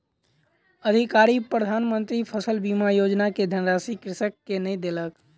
अधिकारी प्रधान मंत्री फसल बीमा योजना के धनराशि कृषक के नै देलक